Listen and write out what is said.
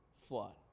flood